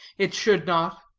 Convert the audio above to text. it should not.